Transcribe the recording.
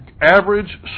average